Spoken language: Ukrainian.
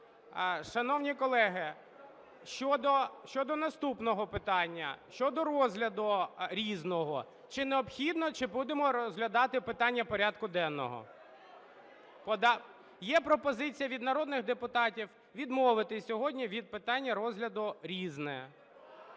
Шановні колеги, щодо наступного питання, щодо розгляду "Різного": чи необхідно, чи будемо розглядати питання порядку денного. Є пропозиція від народних депутатів відмовитись сьогодні від питання розгляду "Різне".